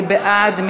מי בעד?